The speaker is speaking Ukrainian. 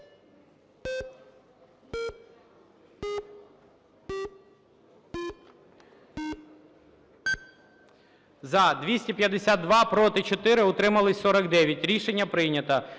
За-252 Проти – 4, утримались – 49. Рішення прийнято.